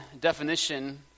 definition